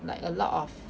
like a lot of